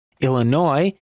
Illinois